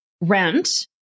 rent